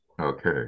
Okay